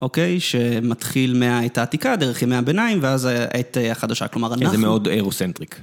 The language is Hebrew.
אוקיי? שמתחיל מהעת העתיקה, דרך ימי הביניים, ואז העת החדשה, כלומר אנחנו... זה מאוד אירו-סנטריק.